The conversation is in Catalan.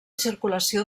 circulació